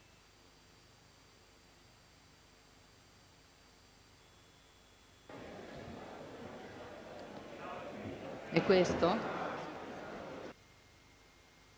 Grazie,